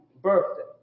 birthday